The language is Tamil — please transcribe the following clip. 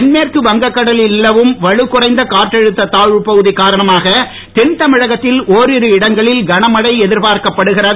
தென்மேற்கு வங்கக் கடலில் நிலவும் வலுக்குறைந்த காற்றழுத்த தாழ்வுப் பகுதி காரணமாக தென் தமிழகத்தில் ஒரிரு இடங்களில் கனமழை எதிர்பார்க்கப்படுகிறது